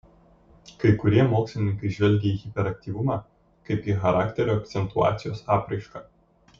kai kurie mokslininkai žvelgia į hiperaktyvumą kaip į charakterio akcentuacijos apraišką